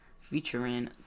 Featuring